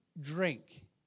drink